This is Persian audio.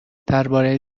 درباره